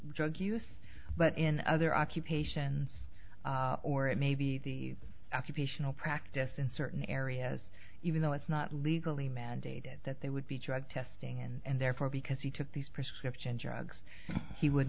drug use but in other occupations or it may be the occupation or practice in certain areas even though it's not legally mandated that they would be tried testing and therefore because he took these prescription drugs he would